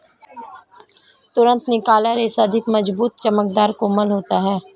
तुरंत निकाला रेशा अधिक मज़बूत, चमकदर, कोमल होता है